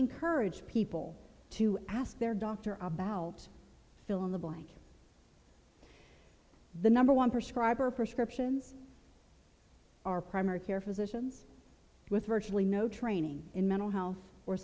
encourage people to ask their doctor about fill in the blank the number one prescribe or prescriptions are primary care physicians with virtually no training in mental health or